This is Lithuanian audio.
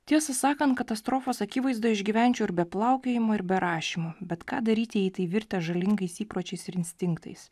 tiesą sakant katastrofos akivaizdoje išgyvenčiau ir be plaukiojimo ir be rašymo bet ką daryti jei tai virtę žalingais įpročiais ir instinktais